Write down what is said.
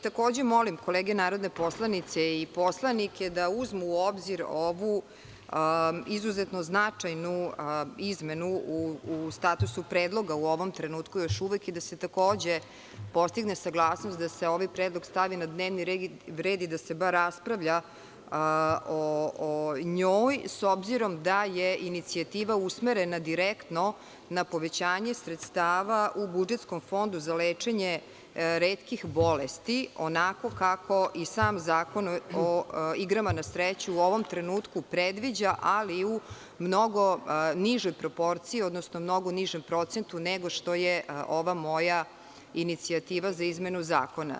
Takođe molim kolege narodne poslanice i poslanike da uzmu u obzir ovu izuzetno značajnu izmenu u statusu predloga u ovom trenutku još uvek i da se takođe postigne saglasnost da se ovaj predlog stavi na dnevni red i da se bar raspravlja o njoj, s obzirom da je inicijativa usmerena na direktno na povećanje sredstava u budžetskom fondu za lečenje retkih bolesti, onako kako i sam Zakon o igrama na sreću u ovom trenutku predviđa, ali u mnogo nižoj proporciji, odnosno mnogo nižem procentu nego što je ova moja inicijativa za izmenu Zakona.